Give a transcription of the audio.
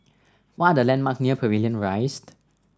what are the landmark near Pavilion Rise